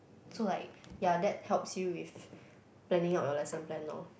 so like ya that helps you with planning out your lesson plan lor